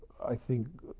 i think,